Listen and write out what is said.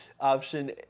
Option